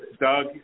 Doug